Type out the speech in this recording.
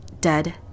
dead